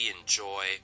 enjoy